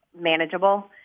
manageable